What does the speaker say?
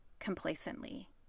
complacently